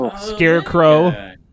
Scarecrow